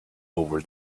over